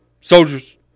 Soldiers